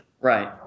Right